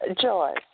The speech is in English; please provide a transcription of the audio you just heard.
Joy